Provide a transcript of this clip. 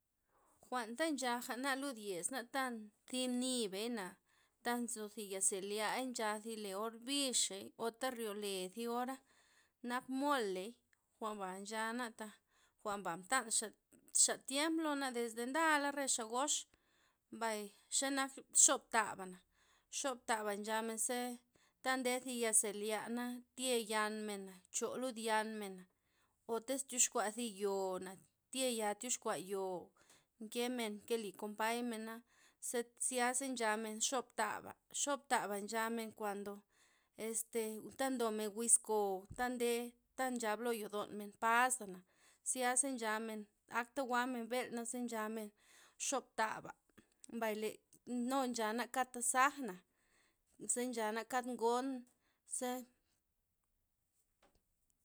Jwa'nta nxajana lud yesnata thinibey' na, taj nzo thi yeselai, ncha le zi orbixey ota ryole zyora' nak moley, jwa'n ba nchana taj jwa'nba mtanxa xa' tiemp lona desde ndala re xa gox, mbay xenak xoptaba'na xoptaba nchamen zeta nde zi yaze lyana', tye yanmen'na, ncholud yanmen'na o tiz tyoxkua zi yoona, tye ya tyoxkua yoo, nke men nkeli kompay mena ze- zisa' nchamen xobthaba, xopthaba nchamen kuando este ta ndomen wiz kouta nde, ta nchab lo yodonmen paza'na, zyasa nchamen akta jwa'men mbel naze nchamen xoptaba', mbay le no- nu nchana kad tasaja'na ze nchana kad ngon za.